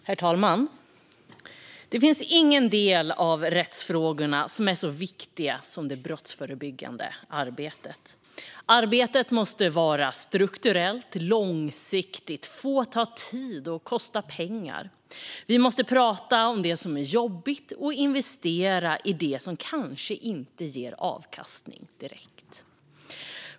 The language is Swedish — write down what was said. Herr talman! Det finns ingen del av rättsfrågorna som är så viktig som det brottsförebyggande arbetet. Arbetet måste vara strukturellt och långsiktigt. Det måste få ta tid och kosta pengar. Vi måste prata om det som är jobbigt och investera i det som kanske inte ger avkastning direkt.